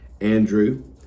Andrew